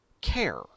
care